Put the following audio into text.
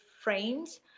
frames